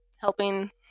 helping